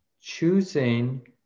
choosing